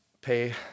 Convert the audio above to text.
pay